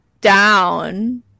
down